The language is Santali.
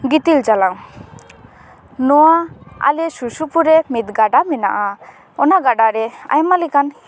ᱜᱤᱛᱤᱞ ᱪᱟᱞᱟᱣ ᱱᱚᱣᱟ ᱟᱞᱮ ᱥᱩᱨ ᱥᱩᱯᱩᱨ ᱨᱮ ᱢᱤᱫ ᱜᱟᱰᱟ ᱢᱮᱱᱟᱜᱼᱟ ᱚᱱᱟ ᱜᱟᱰᱟ ᱨᱮ ᱟᱭᱢᱟ ᱞᱮᱠᱟᱱ